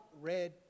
red